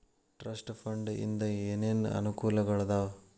trust fund ಇಂದ ಏನೇನ್ ಅನುಕೂಲಗಳಾದವ